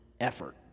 effort